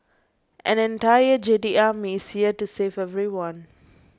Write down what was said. an entire Jedi Army is here to save everyone